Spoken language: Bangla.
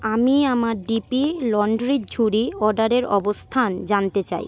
আমি আমার ডিপি লন্ড্রির ঝুড়ি অর্ডারের অবস্থান জানতে চাই